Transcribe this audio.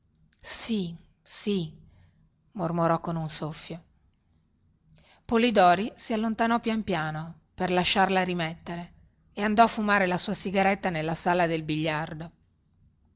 sì sì mormorò con un soffio polidori si allontanò pian piano per lasciarla rimettere e andò a fumare la sua sigaretta nella sala del bigliardo